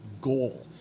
goal